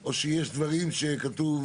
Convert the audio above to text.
או שיש דברים שכתוב ---?